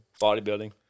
Bodybuilding